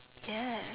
ya